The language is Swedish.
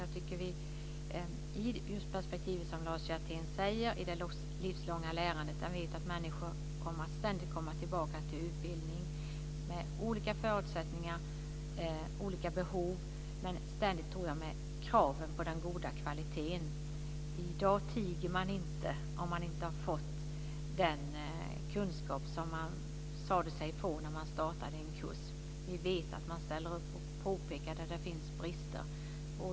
I det perspektiv som Lars Hjertén tar upp, det livslånga lärandet, vet vi att människor ständigt kommer att komma tillbaka till utbildning med olika förutsättningar och olika behov - men ständigt, tror jag, med krav på den goda kvaliteten. I dag tiger man inte om man inte har fått den kunskap det sades att man skulle få när man startade en kurs. Vi vet att man ställer sig upp och påpekar att det finns brister.